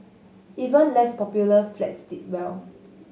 even less popular flats did well